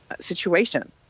situation